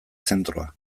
zentroa